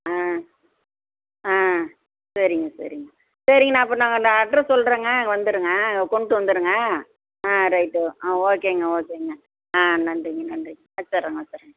ஆ ஆ சரிங்க சரிங்க சரிங்க நான் அப்போ நாங்கள் இந்த அட்ரஸ் சொல்கிறேங்க வந்துடுங்க கொண்டு வந்துடுங்க ஆ ரைட்டு ஆ ஓகேங்க ஓகேங்க ஆ நன்றிங்க நன்றிங்க வச்சுர்றேங்க வச்சுர்றேங்க